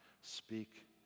speak